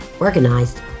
organized